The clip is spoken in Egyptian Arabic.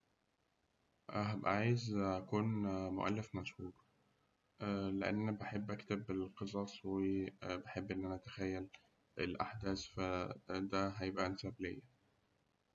هأبقى عايز أكون مؤلف مشهور، لأن أنا بحب إن أنا أكتب القصص وبحب إن أنا أتخيل الأحداث فده هيبقى أنسب ليا.